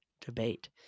debate